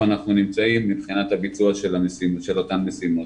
אנחנו נמצאים מבחינת הביצוע של אותן משימות.